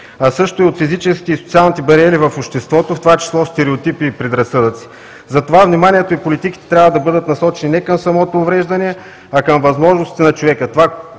а също и от физическите и социални бариери в обществото, в това число стереотипи и предразсъдъци. Затова вниманието и политиките трябва да бъдат насочени не към самото увреждане, а към възможностите на човека